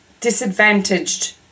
disadvantaged